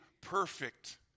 perfect